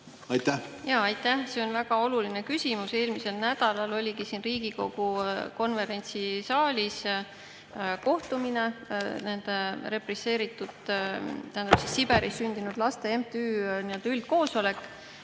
oluline. Aitäh! See on väga oluline küsimus. Eelmisel nädalal oligi siin Riigikogu konverentsisaalis kohtumine nende represseeritutega, tähendab, oli Siberis sündinud laste MTÜ üldkoosolek.